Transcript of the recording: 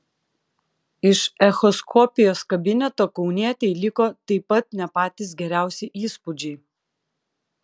iš echoskopijos kabineto kaunietei liko taip pat ne patys geriausi įspūdžiai